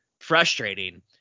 frustrating